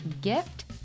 gift